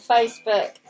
Facebook